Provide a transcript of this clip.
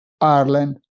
Ireland